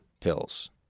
pills